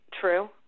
true